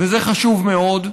וזה חשוב מאוד.